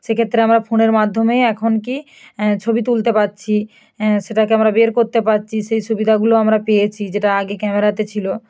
সেক্ষেত্রে আমরা ফোনের মাধ্যমেই এখন কী ছবি তুলতে পারছি সেটাকে আমরা বের করতে পারছি সেই সুবিধাগুলো আমরা পেয়েছি যেটা আগে ক্যামেরাতে ছিল